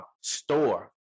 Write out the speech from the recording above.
store